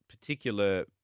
particular